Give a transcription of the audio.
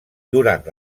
durant